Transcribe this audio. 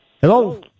Hello